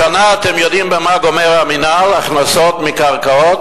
השנה, אתם יודעים במה גומר המינהל הכנסות מקרקעות?